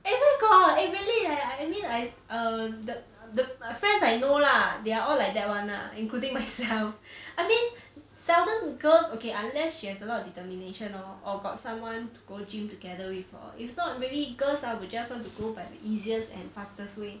eh where got eh really leh I mean I err the the the friends I know lah they are all like that [one] lah including myself I mean seldom girls okay unless she has a lot of determination lor or got someone to go gym together with lor if not really girls ah will just want to go by the easiest and fastest way